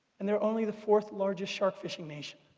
and they're only the fourth largest shark fishing nation